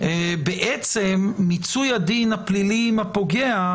בעצם מיצוי הדין הפלילי עם הפוגע,